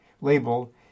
label